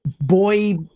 boy